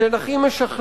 שהן הכי משכללות,